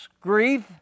grief